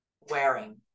wearing